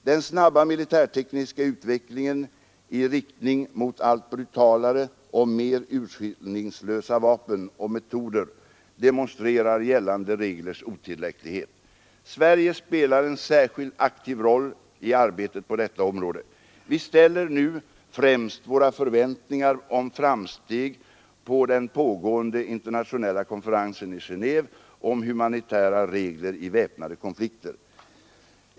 Den snabba militärtekniska utvecklingen i riktning mot allt brutalare och mer urskillningslösa vapen och metoder demonstrerar gällande reglers otillräcklighet. Sverige spelar en särskilt aktiv roll i arbetet på detta område. Vi ställer nu främst våra förväntningar om framsteg på den pågående internationella konferensen i Genéve om humanitära regler i väpnade konflikter.